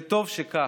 וטוב שכך".